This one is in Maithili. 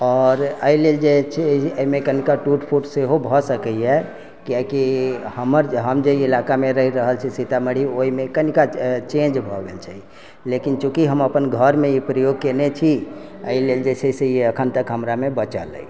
आओर एहिलेल जे एहिमे कनिका टूट फुट सेहो भऽ सकैया कियाकी हमर जे हम जे ईलाका मे रही रहल छी सीतामढ़ी ओहिमे कनिका चेंज भऽ गेल छै लेकिन चुकी हम अपन घर मे ई प्रयोग केने छी एहिलेल जे छै से ई अखन तक हमरामे बचल अइ